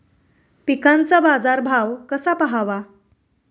पिकांचा बाजार भाव कसा पहावा?